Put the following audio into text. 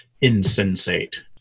insensate